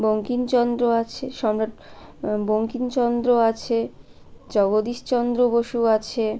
বঙ্কিমচন্দ্র আছে সম্রাট বঙ্কিমচন্দ্র আছে জগদীশ চন্দ্র বসু আছে